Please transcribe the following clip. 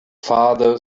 father